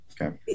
Okay